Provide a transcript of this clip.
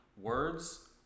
words